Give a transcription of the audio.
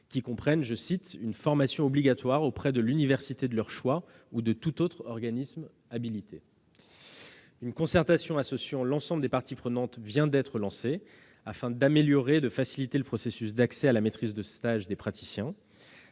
qui comprennent une formation obligatoire auprès de l'université de leur choix ou de tout autre organisme habilité ». Une concertation associant l'ensemble des parties prenantes vient d'être lancée afin d'améliorer et de faciliter le processus d'accès à la maîtrise de stage des praticiens.